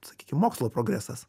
sakykim mokslo progresas